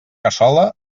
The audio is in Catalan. cassola